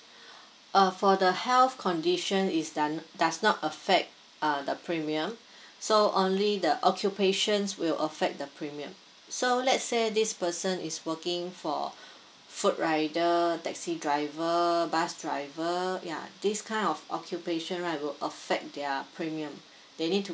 uh for the health condition is done uh does not affect uh the premium so only the occupations will affect the premium so let's say this person is working for food rider taxi driver bus driver yeah this kind of occupation right will affect their premium they need to